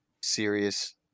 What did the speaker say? serious